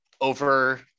over